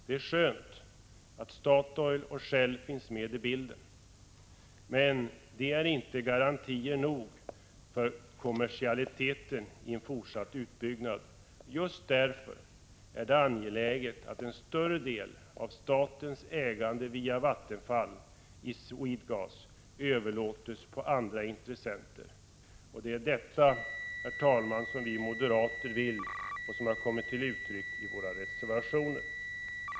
Det är skönt att Statoil och Shell finns med i bilden. Men det ger inte garantier nog för kommersialiteten i en fortsatt utbyggnad. Just därför är det angeläget att en större del av statens ägande via Vattenfall i Swedegas överlåts till andra intressenter. Det är detta, herr talman, som vi moderater vill och som har kommit till uttryck i våra reservationer.